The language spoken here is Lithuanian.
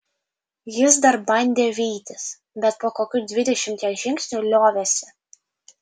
jis dar bandė vytis bet po kokių dvidešimties žingsnių liovėsi